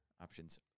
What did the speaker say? options